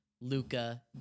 Luca